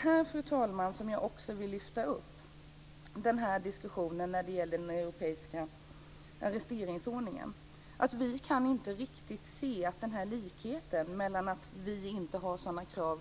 I diskussionen vill jag också, fru talman, när det gäller den europeiska arresteringsordern lyfta upp att vi inte riktigt kan se att likheten - vi har ju inte har sådana här krav